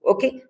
Okay